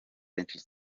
benshi